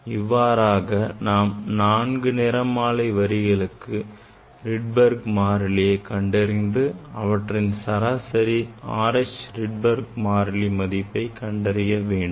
இவ்வாறாக நாம் 4 நிறமாலை வரிகளுக்கு Rydberg மாறிலியை கண்டறிந்து அவற்றின் சராசரி R H Rydberg மாறிலியை கண்டறிய வேண்டும்